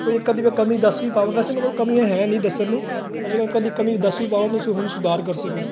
ਕੋਈ ਕਦੀ ਕਮੀ ਦੱਸਦੀ ਪਾਵ ਵੈਸੇ ਕਮੀ ਹੈ ਨਹੀਂ ਦੱਸਣ ਨੂੰ ਕਦੀ ਕਮੀ ਦੱਸੀ ਪਾਓ ਤੁਸੀਂ ਹੁਣ ਸੁਧਾਰ ਕਰ ਸਕੋ ਮੈਨੂੰ ਬੜੇ ਬੜਾ ਵਧੀਆ ਲੱਗਿਆ ਬੜੀ ਖੁਸ਼ੀ ਖੁਸ਼ੀ ਮਾਨ ਮਹਿਸੂਸ ਹੋਇਆ ਕਿ